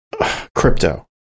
crypto